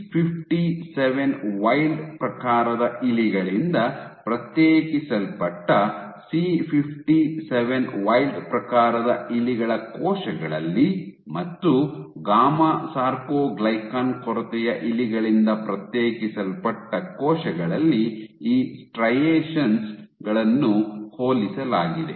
C57 wild ಪ್ರಕಾರದ ಇಲಿಗಳಿಂದ ಪ್ರತ್ಯೇಕಿಸಲ್ಪಟ್ಟ C57 ವೈಲ್ಡ್ ಪ್ರಕಾರದ ಇಲಿಗಳ ಕೋಶಗಳಲ್ಲಿ ಮತ್ತು ಗಾಮಾ ಸಾರ್ಕೊಗ್ಲಿಕನ್ ಕೊರತೆಯ ಇಲಿಗಳಿಂದ ಪ್ರತ್ಯೇಕಿಸಲ್ಪಟ್ಟ ಕೋಶಗಳಲ್ಲಿ ಈ ಸ್ಟ್ರೈಯೆಶೆನ್ ಗಳನ್ನು ಹೋಲಿಸಲಾಗಿದೆ